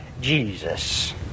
Jesus